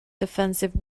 defensive